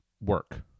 work